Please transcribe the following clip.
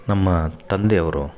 ನಮ್ಮ ತಂದೆಯವರು